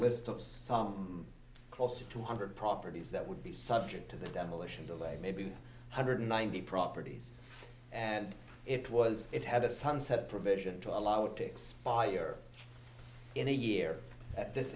list of some close to two hundred properties that would be subject to the demolition of the late maybe two hundred ninety properties and it was it had a sunset provision to allow it to expire in a year at this